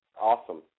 Awesome